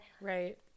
Right